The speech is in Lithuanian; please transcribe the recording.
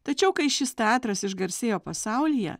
tačiau kai šis teatras išgarsėjo pasaulyje